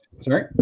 Sorry